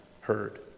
heard